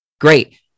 Great